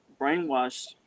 brainwashed